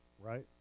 right